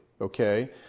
okay